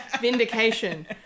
vindication